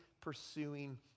pursuing